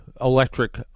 electric